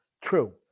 True